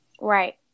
right